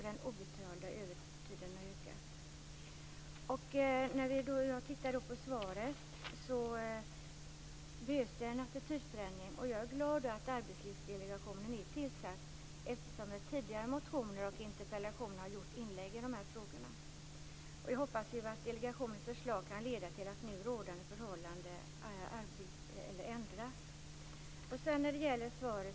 Den obetalda övertiden har ökat. Jag tittar på svaret. Det behövs en attitydförändring. Jag är glad över att Arbetslivsdelegationen är tillsatt, eftersom jag i tidigare motioner och interpellationer har gjort inlägg i dessa frågor. Jag hoppas att delegationens förslag kan leda till att nu rådande förhållanden ändras.